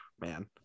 Man